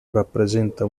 rappresenta